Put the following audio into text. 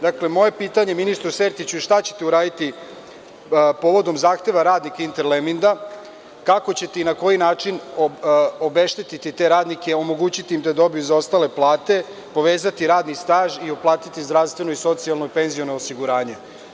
Dakle, moje pitanje ministru Sertiću – šta ćete uraditi povodom zahteva radnika „Interleminda“, kako ćete i na koji način obeštetiti te radnike, omogućiti im da dobiju zaostale plate, povezati radni staž i uplatiti zdravstvenu i socijalno i penziono osiguranje?